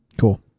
Cool